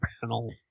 panel